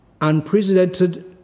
unprecedented